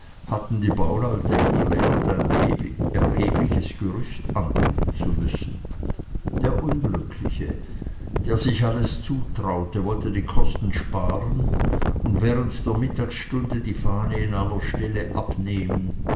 hatten die bauleute erklärt ein erhebliches gerüste anbringen zu müssen der unglückliche der sich alles zutraute wollte die kosten sparen und während der mittagsstunde die fahne in aller stille abnehmen